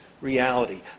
reality